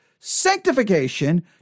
Sanctification